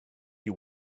you